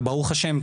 וברוך השם,